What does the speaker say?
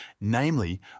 Namely